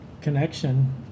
connection